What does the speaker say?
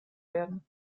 werden